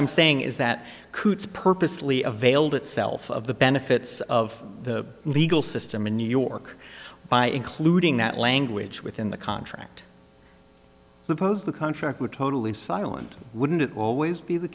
i'm saying is that coots purposely availed itself of the benefits of the legal system in new york by including that language within the contract the pose the contract would totally silent wouldn't it always be the